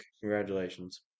Congratulations